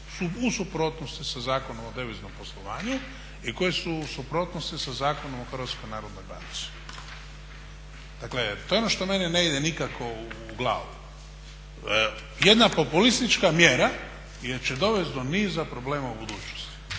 u suprotnosti sa Zakonom o deviznom poslovanju i koje su u suprotnosti sa Zakonom o Hrvatskoj narodnoj banci. Dakle, to je ono što meni ne ide nikako u glavu. Jedna populistička mjera jer će dovest do niza problema u budućnosti